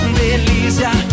delícia